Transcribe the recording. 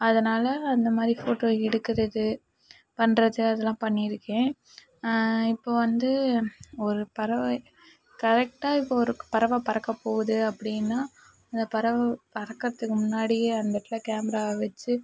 அதனால் அந்தமாதிரி போட்டோ எடுக்கிறது பண்ணுறது அதெலாம் பண்ணியிருக்குகேன் இப்போ வந்து ஒரு பறவை கரெக்டாக இப்போ ஒரு பறவை பறக்க போது அப்படின்னா அந்த பறவை பறக்குறதுக்கு முன்னாடியே அந்த இடத்துல கேமராவை வச்சு